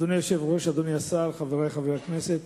אדוני היושב-ראש, אדוני השר, חברי חברי הכנסת,